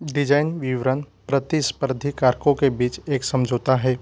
design विवरण प्रतिस्पर्धी कारकों के बीच एक समझौता है